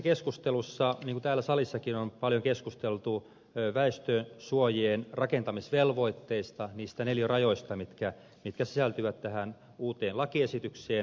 julkisuudessa niin kuin täällä salissakin on paljon keskusteltu väestösuojien rakentamisvelvoitteista niistä neliörajoista mitkä sisältyvät tähän uuteen lakiesitykseen